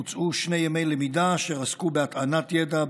בוצעו שני ימי למידה אשר עסקו בהטענת ידע,